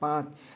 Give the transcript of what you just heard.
पाँच